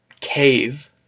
cave